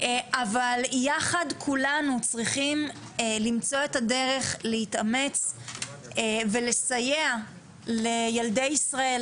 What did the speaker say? אבל יחד כולנו צריכים למצוא את הדרך להתאמץ ולסייע לילדי ישראל,